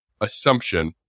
assumption